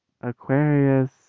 Aquarius